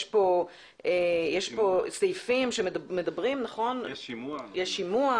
יש שימוע.